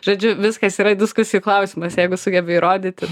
žodžiu viskas yra diskusijų klausimas jeigu sugebi įrodyti